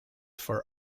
for